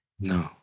No